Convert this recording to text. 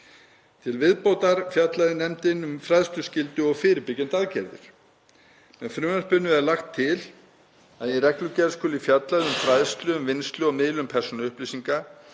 Til viðbótar fjallaði nefndin um fræðsluskyldu og fyrirbyggjandi aðgerðir. Með frumvarpinu er lagt til að í reglugerð skuli fjallað um fræðslu um vinnslu og miðlun persónuupplýsinga